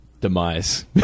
demise